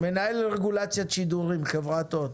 מנהל רגולציית שידורים, חברת הוט,